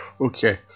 Okay